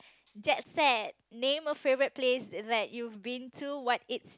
jet set name a favourite place that you have been to what its